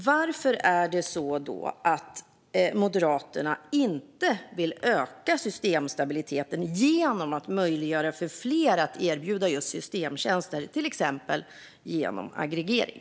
Varför är det så att Moderaterna inte vill öka systemstabiliteten genom att möjliggöra för fler att erbjuda systemtjänster, till exempel genom aggregering?